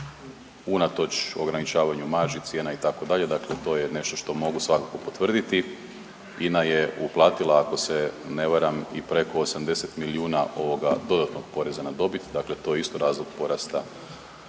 unatoč ograničavanju marži, cijena itd., dakle to je nešto što mogu svakako potvrditi. INA je uplatila ako se ne varam i preko 80 milijuna ovoga dodatnog poreza na dobit, dakle to je isto razlog porasta